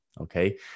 Okay